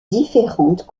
différentes